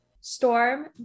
Storm